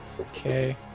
Okay